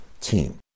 team